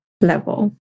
level